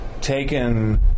taken